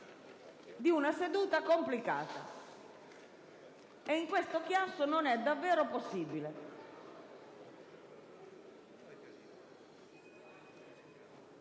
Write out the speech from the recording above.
di una seduta complicata, e in questo chiasso non è davvero possibile.